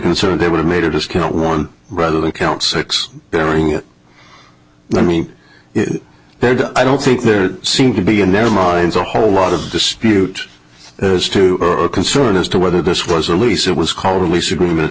concerned they would have made a discount one rather than count six during it let me beg i don't think there seem to be in their minds a whole lot of dispute as to your concern as to whether this was a lease it was called a lease agreement